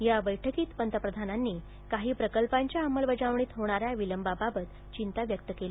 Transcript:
या बैठकीत पंतप्रधानांनी काही प्रकल्पांच्या अंमलबजावणीत होणाऱ्या विलंबाबाबत चिंता व्यक्त केली